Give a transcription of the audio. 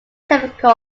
typical